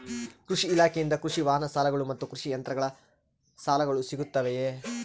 ಕೃಷಿ ಇಲಾಖೆಯಿಂದ ಕೃಷಿ ವಾಹನ ಸಾಲಗಳು ಮತ್ತು ಕೃಷಿ ಯಂತ್ರಗಳ ಸಾಲಗಳು ಸಿಗುತ್ತವೆಯೆ?